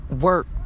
work